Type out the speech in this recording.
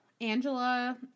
Angela